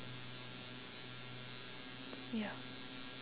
ya